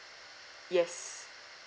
yes